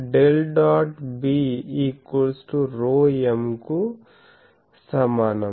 B ρm కు సమానం